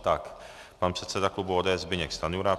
Tak pan předseda klubu ODS Zbyněk Stanjura.